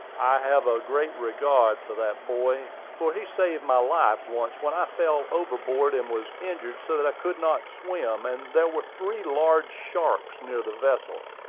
i have a great regard for that boy, for he saved my life once when i fell overboard and was injured so that i could not swim, and there were three large sharks near the vessel.